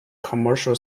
commercial